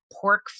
pork